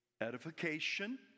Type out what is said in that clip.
Edification